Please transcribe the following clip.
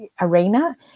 arena